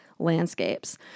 landscapes